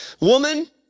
woman